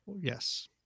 Yes